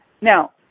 Now